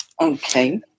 Okay